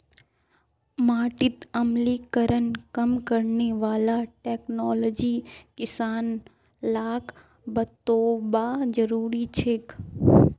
माटीत अम्लीकरण कम करने वाला टेक्नोलॉजी किसान लाक बतौव्वा जरुरी छेक